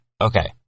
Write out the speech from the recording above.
Okay